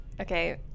okay